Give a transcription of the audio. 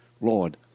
Lord